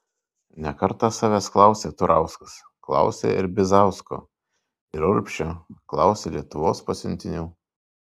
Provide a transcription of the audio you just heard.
ne kartą savęs klausė turauskas klausė ir bizausko ir urbšio klausė lietuvos pasiuntinių